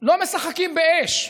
לא משחקים באש.